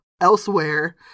elsewhere